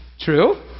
True